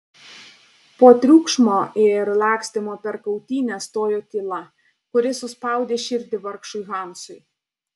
po triukšmo ir lakstymo per kautynes stojo tyla kuri suspaudė širdį vargšui hansui